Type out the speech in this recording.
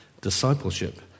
Discipleship